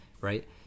Right